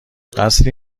قصری